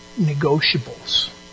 negotiables